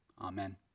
Amen